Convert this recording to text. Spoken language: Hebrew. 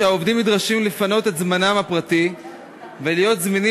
שהעובדים נדרשים לפנות את זמנם הפרטי ולהיות זמינים